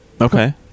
Okay